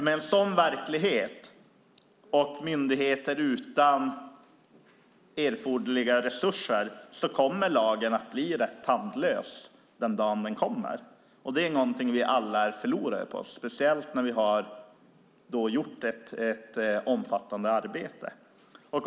Med en sådan verklighet och myndigheter utan erforderliga resurser kommer lagen att bli rätt tandlös den dag den kommer. Det är någonting som vi alla är förlorare på, speciellt när vi har gjort ett omfattande arbete.